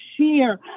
share